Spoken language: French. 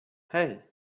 hey